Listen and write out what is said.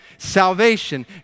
Salvation